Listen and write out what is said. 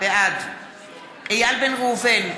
בעד איל בן ראובן,